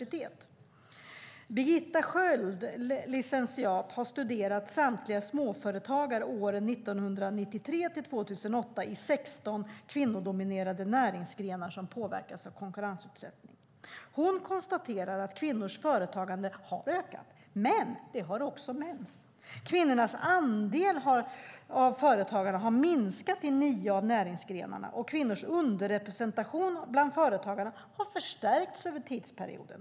Licentiat Birgitta Sköld har studerat samtliga småföretagare under åren 1993-2008 i 16 kvinnodominerade näringsgrenar som påverkas av konkurrensutsättning. Hon konstaterar att kvinnors företagande har ökat, men det har också mäns. Kvinnors andel av företagandet har minskat i nio av näringsgrenarna, och kvinnors underrepresentation bland företagarna har förstärkts under tidsperioden.